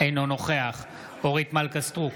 אינו נוכח אורית מלכה סטרוק,